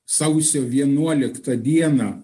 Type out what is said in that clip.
sausio vienuoliktą dieną